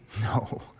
No